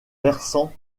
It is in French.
versant